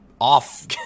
off